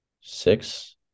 six